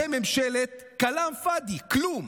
אתם ממשלת כלאם פאדי, כלום.